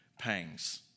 pangs